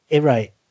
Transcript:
Right